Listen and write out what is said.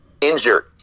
injured